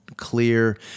clear